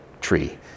tree